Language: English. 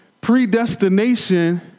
predestination